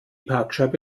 parkscheibe